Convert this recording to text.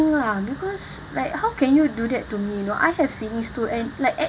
lah because like how can you do that to me you know I have feelings too and like